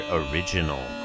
original